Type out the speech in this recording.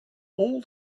all